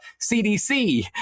CDC